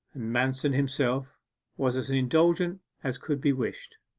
and manston himself was as indulgent as could be wished.